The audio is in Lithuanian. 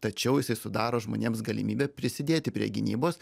tačiau jisai sudaro žmonėms galimybę prisidėti prie gynybos